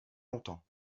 longtemps